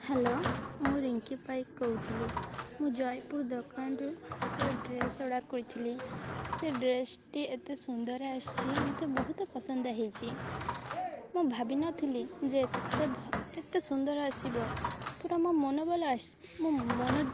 hello ମୁଁ ରିଙ୍କି ପାଇକ୍ କହୁଥିଲି ମୁଁ ଜୟପୁର ଦୋକାନରୁ ଗୋଟେ ଡ୍ରେସ୍ ଅର୍ଡ଼ର କରିଥିଲି ସେ ଡ୍ରେସ୍ଟି ଏତେ ସୁନ୍ଦର ଆସିଛି ମୋତେ ବହୁତ ପସନ୍ଦ ହେଇଛି ମୁଁ ଭାବିନଥିଲି ଯେ ଏତେ ଏତେ ସୁନ୍ଦର ଆସିବ ପୁରା ମୋ ମନ ଭଲ ଆସି ମୋ ମନ